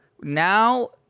now